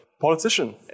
politician